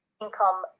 income